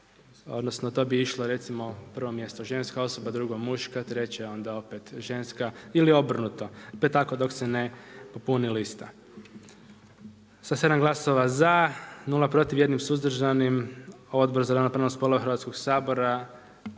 odnosno to bi išlo, recimo na prvo mjesto ženska osoba, drugo muška, treća onda opet ženska ili obrnuto pa je tako dok se ne popuni lista. Sa 7 glasova za, 0 protiv, 1 suzdržanim Odbor za ravnopravnost spolova Hrvatskog sabora